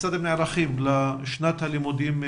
נערכים לשנת הלימודים,